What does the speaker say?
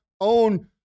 own